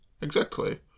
Exactly